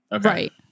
Right